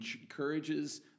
encourages